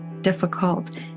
difficult